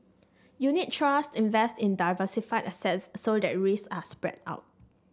unit trust invest in diversified assets so that risks are spread out